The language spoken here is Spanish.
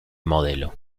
modelo